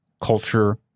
culture